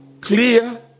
clear